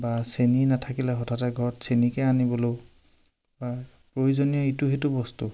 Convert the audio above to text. বা চেনী নাথাকিলে হঠাতে ঘৰত চেনীকে আনিলো বা প্ৰয়োজনীয় ইটো সিটো বস্তু